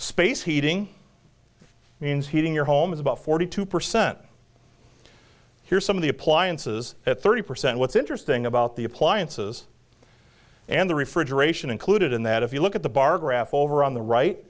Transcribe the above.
space heating means heating your home is about forty two percent here's some of the appliances at thirty percent what's interesting about the appliances and the refrigeration included in that if you look at the bar graph over on the right